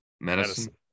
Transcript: Medicine